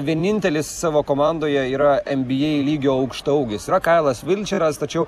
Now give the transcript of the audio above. vienintelis savo komandoje yra nba lygio aukštaūgis yra kailas vinčeras tačiau